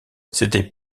c’était